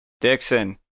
Dixon